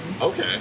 Okay